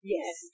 Yes